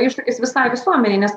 iššūkis visai visuomenei nes